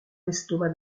l’estomac